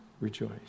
Rejoice